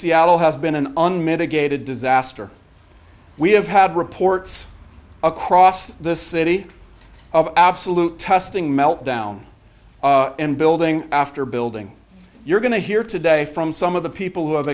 seattle has been an unmitigated disaster we have had reports across the city of absolute testing melt down and building after building you're going to hear today from some of the people who have